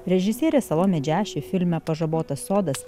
režisierė salomė džiaši filme pažabotas sodas